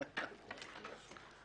תודה.